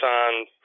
on